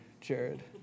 Jared